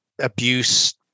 abuse